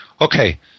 Okay